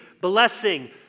blessing